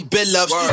Billups